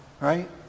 Right